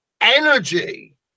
energy